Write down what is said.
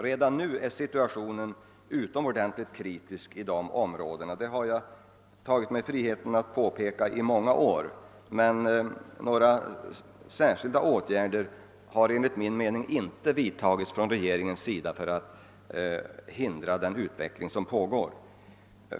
Redan nu är situationen utomordentligt kritisk i dessa områden. Jag har tagit mig friheten att påpeka detta under många år, men några särskilda åtgärder har enligt min mening inte vidtagits av regeringen för att hindra den utveckling som pågår.